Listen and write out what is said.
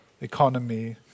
economy